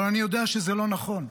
אבל אני יודע שזה לא נכון.